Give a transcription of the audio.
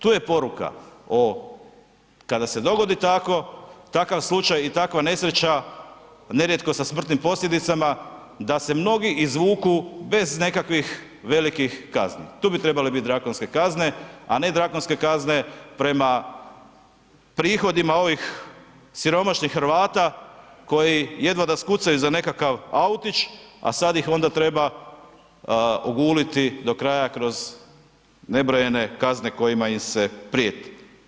Tu je poruka o, kada se dogodi tako, takav slučaj i takva nesreća, nerijetko sa smrtnim posljedicama, da se mnogi izvuku bez nekakvih velikih kazni, tu bi trebale biti drakonske kazne, a ne drakonske kazne prema prihodima ovih siromašnih Hrvata koji jedva da skucaju za nekakav autić, a sad ih onda treba oguliti do kraja kroz nebrojene kazne kojima im se prijeti.